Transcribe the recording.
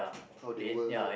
how they work